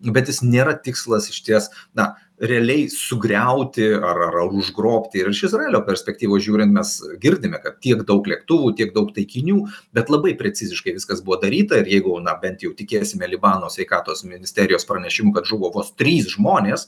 bet jis nėra tikslas išties na realiai sugriauti ar ar ar užgrobti ir iš izraelio perspektyvos žiūrint mes girdime kad tiek daug lėktuvų tiek daug taikinių bet labai preciziškai viskas buvo daryta ir jeigu na bent jau tikėsime libano sveikatos ministerijos pranešimu kad žuvo vos trys žmonės